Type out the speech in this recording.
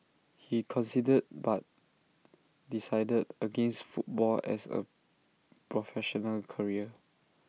he considered but decided against football as A professional career